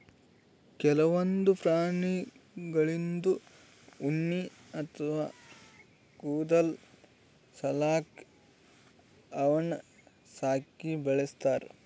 ಕೆಲವೊಂದ್ ಪ್ರಾಣಿಗಳ್ದು ಉಣ್ಣಿ ಅಥವಾ ಕೂದಲ್ ಸಲ್ಯಾಕ ಅವನ್ನ್ ಸಾಕಿ ಬೆಳಸ್ತಾರ್